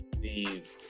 leave